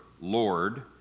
Lord